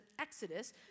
Exodus